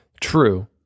True